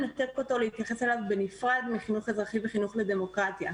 להתייחס אליו בנפרד מחינוך אזרחי וחינוך לדמוקרטיה.